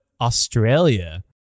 australia